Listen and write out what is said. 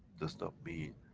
does not mean